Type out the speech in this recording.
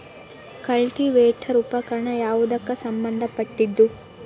Cultivator ಉಪಕರಣ ಯಾವದಕ್ಕ ಸಂಬಂಧ ಪಟ್ಟಿದ್ದು?